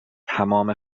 تمام